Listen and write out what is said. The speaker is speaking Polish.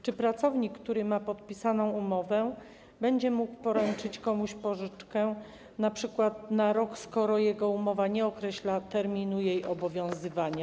Czy pracownik, który ma podpisaną umowę, będzie mógł poręczyć komuś pożyczkę np. na rok, skoro jego umowa nie określa terminu jej obowiązywania?